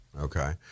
okay